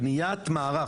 בניית מערך,